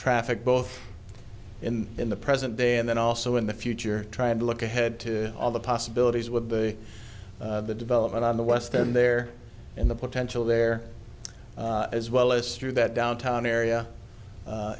traffic both in in the present day and then also in the future trying to look ahead to all the possibilities with the development on the west and there in the potential there as well as through that downtown area